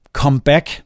comeback